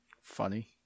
funny